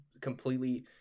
completely